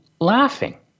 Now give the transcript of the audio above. laughing